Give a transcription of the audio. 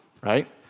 right